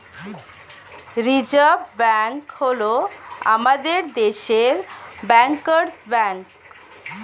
reserve Bank হল আমাদের দেশের ব্যাঙ্কার্স ব্যাঙ্ক